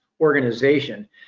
organization